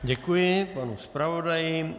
Děkuji panu zpravodaji.